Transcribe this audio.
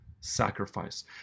sacrifice